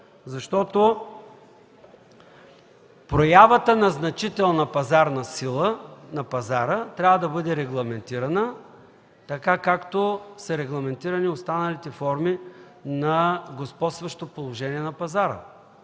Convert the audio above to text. защото проявата на значителна пазарна сила на пазара трябва да бъде регламентира така, както са регламентирани останалите форми на господстващо положение на пазара.